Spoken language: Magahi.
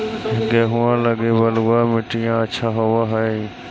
गेहुआ लगी बलुआ मिट्टियां अच्छा होव हैं?